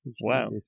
Wow